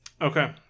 Okay